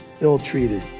ill-treated